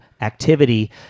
activity